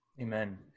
Amen